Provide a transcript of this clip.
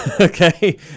okay